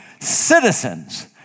citizens